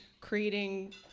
creating